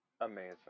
Amazing